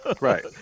Right